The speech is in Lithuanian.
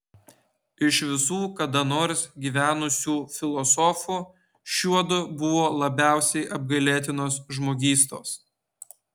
iš visų kada nors gyvenusių filosofų šiuodu buvo labiausiai apgailėtinos žmogystos